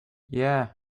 yeah